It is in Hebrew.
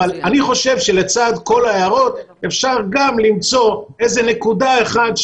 אבל אני חושב שלצד כל ההערות אפשר גם למצוא איזה נקודה אחת,